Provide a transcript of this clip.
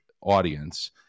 audience